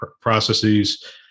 processes